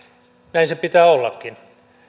näin sen pitää ollakin